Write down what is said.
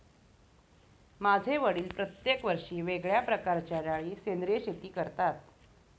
माझे वडील प्रत्येक वर्षी वेगळ्या प्रकारच्या डाळी सेंद्रिय शेती करतात